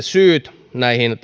syyt näihin